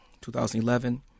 2011